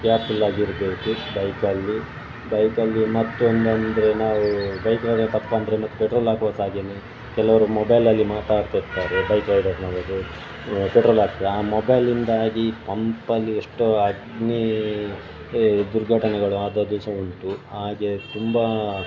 ಕೇರ್ಫುಲ್ಲಾಗಿರಬೇಕು ಬೈಕಲ್ಲಿ ಬೈಕಲ್ಲಿ ಮತ್ತೊಂದಂದರೆ ನಾವು ಬೈಕ್ಗಳ ತಪ್ಪೆಂದ್ರೆ ಮತ್ತು ಪೆಟ್ರೋಲ್ ಹಾಕುವಾಗ ಸಹ ಹಾಗೆಯೇ ಕೆಲವರು ಮೊಬೈಲಲ್ಲಿ ಮಾತಾಡ್ತಿರ್ತಾರೆ ಬೈಕ್ ರೈಡರಿನವರು ಪೆಟ್ರೋಲ್ ಹಾಕ್ತಾ ಆ ಮೊಬೈಲಿಂದಾಗಿ ಪಂಪಲ್ಲಿ ಎಷ್ಟು ಅಗ್ನಿ ದುರ್ಘಟನೆಗಳು ಆದದ್ದು ಸಹ ಉಂಟು ಹಾಗೇ ತುಂಬ